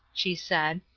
she said.